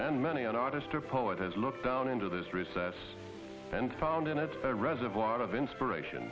than many an artist or poet has looked down into this recess and found in it a reservoir of inspiration